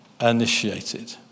initiated